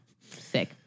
sick